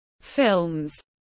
films